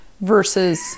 versus